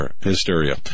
hysteria